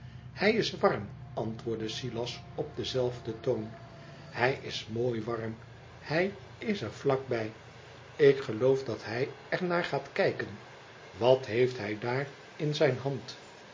hij is warm antwoordde silas op denzelfden toon ihij is mooi warm hij is er vlak bij ik geloof dat hij er naar gaat kijken wat heeft hij daar in zijn hand